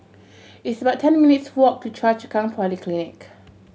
it's about ten minutes' walk to Choa Chu Kang Polyclinic